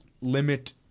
limit